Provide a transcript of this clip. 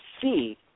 see